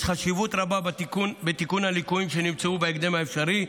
יש חשיבות רבה בתיקון הליקויים שנמצאו בהקדם האפשרי,